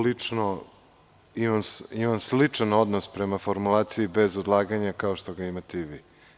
Lično imam sličan odnos prema formulaciji „bez odlaganja“ kao što ga imate i vi.